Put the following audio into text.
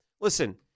listen